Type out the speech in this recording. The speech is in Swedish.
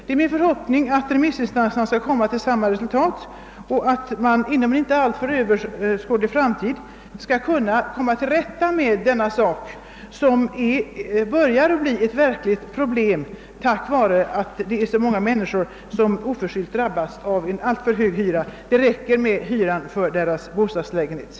Det är min förhoppning att remissinstanserna skall komma till samma resultat och att man inom en inte alltför avlägsen framtid skall komma till rätta med detta förhållande, som börjar bli ett verkligt problem på grund av att så många människor oförskyllt drabbas av en alltför hög hyreskostnad. Det räcker med den hyra de måste betala för sina bostadslägenheter.